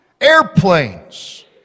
airplanes